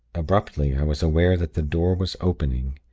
abruptly, i was aware that the door was opening,